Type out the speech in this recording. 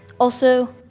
also,